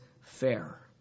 fair